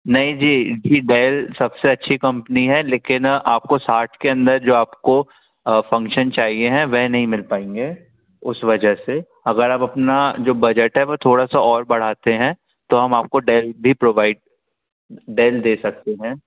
नहीं जी फिर डेल सबसे अच्छी कंपनी है लेकिन आपको साठ के अंदर जो आपको फंक्शन चाहिए हैं वे नहीं मिल पाएँगे उस वजह से अगर आप अपना जो बजट है वह थोड़ा सा और बढ़ाते हैं तो हम आपको डेल भी प्रोवाइड डेल दे सकते हैं